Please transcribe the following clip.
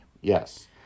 yes